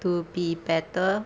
to be better